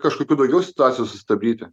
kažkokių daugiau situacijų sustabdyti